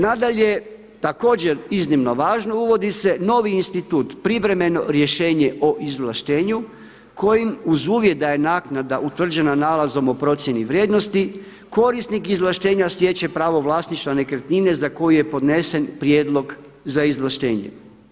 Nadalje, također iznimno važno uvodi se novi institut privremeno rješenje o izvlaštenju kojim uz uvjet da je naknada utvrđena nalazom o procjeni vrijednosti korisnik izvlaštenja stječe pravo vlasništva nekretnine za koji je podnesen prijedlog za izvlaštenjem.